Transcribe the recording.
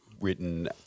written